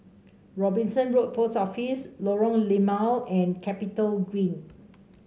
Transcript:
Robinson Road Post Office Lorong Limau and CapitalGreen